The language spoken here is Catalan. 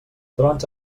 trons